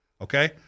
Okay